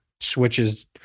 switches